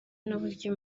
n’uburyo